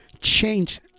change